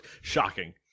Shocking